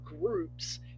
groups